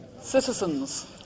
Citizens